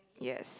yes